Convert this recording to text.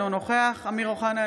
אינו נוכח אמיר אוחנה,